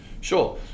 Sure